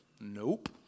Nope